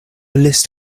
list